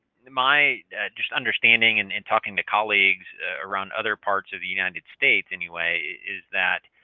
my just understanding and and talking to colleagues around other parts of the united states anyway is that